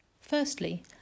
Firstly